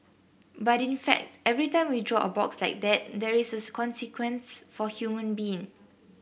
but in fact every time we draw a box like that there is a consequence for human being